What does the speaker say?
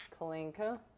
Kalinka